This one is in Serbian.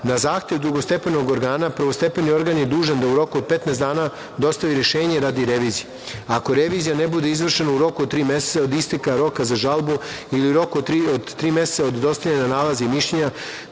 Na zahtev drugostepenog organa prvostepeni organ je dužan da u roku od 15 dana dostavi rešenje radi revizije. Ako revizija ne bude izvršena u roku od tri meseca od isteka roka za žalbu ili u roku od tri meseca od dostavljanja nalaza i mišljenja